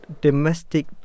domestic